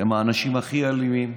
הם האנשים הכי אלימים,